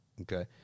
Okay